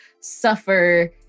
suffer